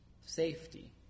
safety